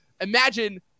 imagine